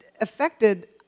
affected